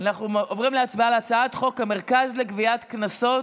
אנחנו עוברים להצבעה על הצעת חוק המרכז לגביית קנסות,